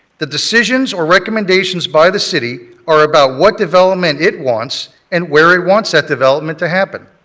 the decisions or recommendations by the city are about what development it wants and where it wants that development to happen.